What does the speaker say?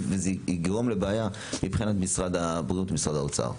ואיך זה יגרום לבעיה מבחינת משרד הבריאות ומשרד האוצר.